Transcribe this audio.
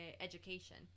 education